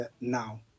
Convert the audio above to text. now